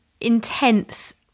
intense